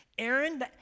Aaron